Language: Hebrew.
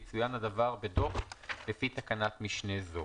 יצוין הדבר בדוח לפי תקנת משנה זו.